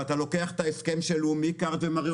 שאני לוקח את ההסכם של לאומי כארד ומראה